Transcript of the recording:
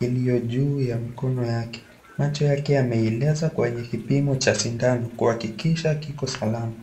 iliyo juu ya mkono yake. Macho yake ameilaza kwenye kipimo cha sindano kuhakikisha kiko salama.